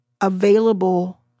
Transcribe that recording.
available